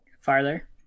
Farther